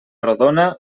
rodona